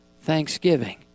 Thanksgiving